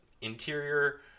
interior